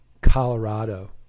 Colorado